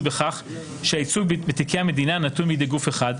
בכך שהייצוג בתיקי המדינה נתון בידי גוף אחד?